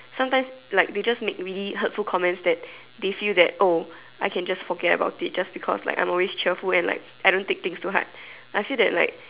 sometimes like they just make really hurtful comments that they feel that oh I can just forget about it just because like I'm always cheerful and like I don't take things to heart I feel that like